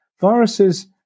Viruses